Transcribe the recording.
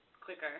quicker